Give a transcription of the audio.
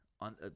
on